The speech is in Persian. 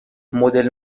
مدل